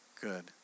good